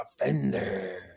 offender